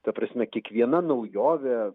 ta prasme kiekviena naujovė